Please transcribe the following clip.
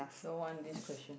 don't want this question